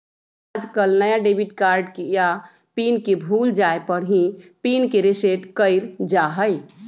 आजकल नया debit card या पिन के भूल जाये पर ही पिन के रेसेट कइल जाहई